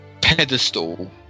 pedestal